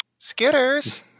Skitters